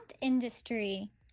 industry